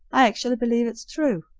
i actually believe it's true.